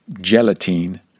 gelatine